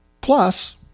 plus